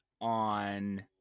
on